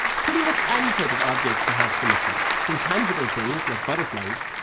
pretty much any type of object can have symmetry, from tangible things like butterflies,